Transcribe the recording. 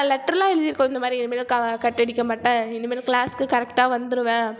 லெட்டர்லாம் எழுதியிருக்கோம் இந்த மாதிரி இனிமேல் க கட் அடிக்க மாட்டேன் இனிமேல் க்ளாஸுக்கு கரெக்டாக வந்துடுவேன்